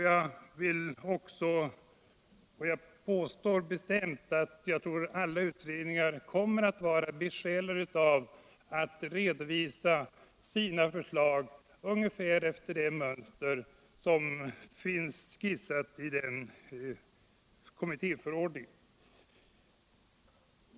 Jag är övertygad om att alla utredningar kommer att vara besjälade av en vilja att redovisa sina förslag ungefär efter det mönster som finns skissat i den nämnda kommittéförordningen.